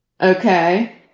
Okay